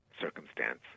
circumstance